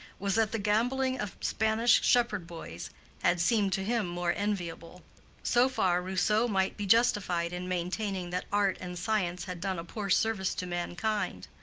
was that the gambling of spanish shepherd-boys had seemed to him more enviable so far rousseau might be justified in maintaining that art and science had done a poor service to mankind.